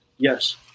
Yes